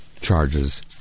charges